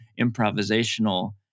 improvisational